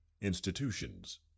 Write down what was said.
Institutions